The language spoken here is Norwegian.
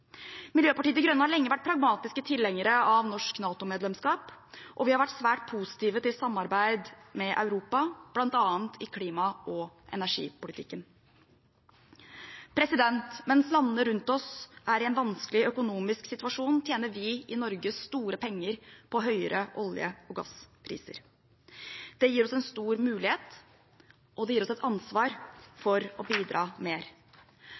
Miljøpartiet De Grønne har lenge vært pragmatiske tilhengere av norsk NATO-medlemskap, og vi har vært svært positive til samarbeid med Europa, bl.a. i klima- og energipolitikken. Mens landene rundt oss er i en vanskelig økonomisk situasjon, tjener vi i Norge store penger på høyere olje- og gasspriser. Det gir oss en stor mulighet, og det gir oss et ansvar for å bidra mer.